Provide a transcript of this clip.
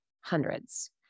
hundreds